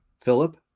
Philip